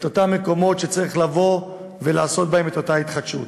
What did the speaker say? אותם מקומות שצריך לבוא ולעשות בהם את אותה התחדשות.